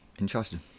Interesting